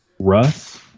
Russ